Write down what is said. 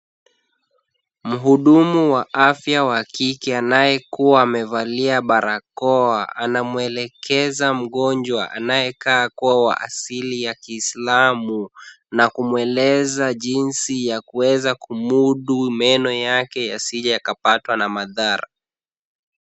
Mhudumu wa afya wa kike anayekuwa amevalia barakoa, anamuelekeza mgonjwa anayekaa kuwa na asili ya kiislamu, na kumweleza jinsi ya kuweza kumudu meno yake yasije yakapatwa na madhara.